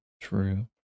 True